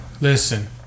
Listen